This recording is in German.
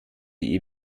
die